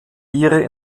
ihre